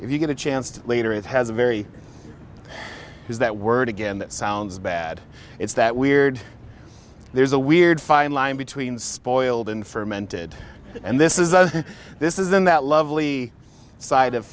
if you get a chance to later it has a very is that word again that sounds bad it's that weird there's a weird fine line between spoiled and firm ended and this is a this isn't that lovely side of